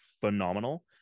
phenomenal